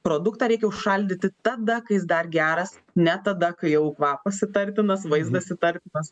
produktą reikia užšaldyti tada kai jis dar geras ne tada kai jau kvapas įtartinas vaizdas įtartinas